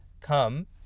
come